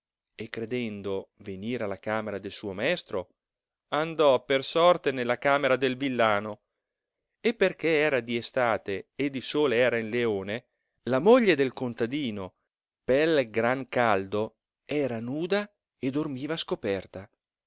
e credendo venire alla camera del suo maestro andò p sorte nella camera del villano e perchè era di estate ed il sole era in leone la moglie del contadino pel gran caldo era nuda e dormiva scoperta